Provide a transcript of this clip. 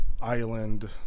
island